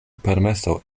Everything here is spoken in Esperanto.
permeso